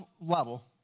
level